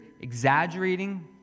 exaggerating